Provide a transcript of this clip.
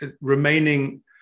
remaining